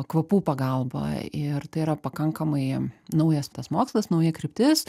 kvapų pagalba ir tai yra pakankamai naujas tas mokslas nauja kryptis